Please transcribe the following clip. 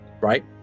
right